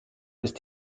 ist